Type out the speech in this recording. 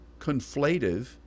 conflative